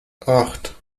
acht